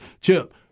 Chip